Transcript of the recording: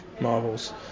Marvels